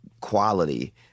quality